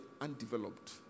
undeveloped